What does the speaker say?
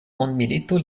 mondmilito